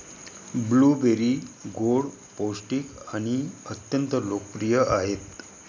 blueberry गोड, पौष्टिक आणि अत्यंत लोकप्रिय आहेत